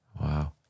wow